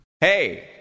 Hey